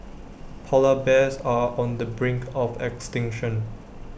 Polar Bears are on the brink of extinction